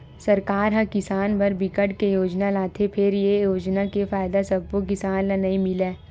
सरकार ह किसान बर बिकट के योजना लाथे फेर ए योजना के फायदा सब्बो किसान ल नइ मिलय